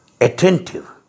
attentive